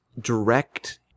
direct